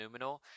Numenor